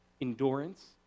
endurance